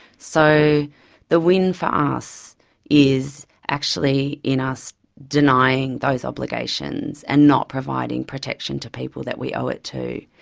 so the win for us is actually in us denying those obligations and not providing protection to people that we owe it to.